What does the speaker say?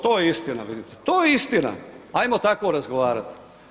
To je istina vidite, to je istina, pa ajmo tako razgovarat.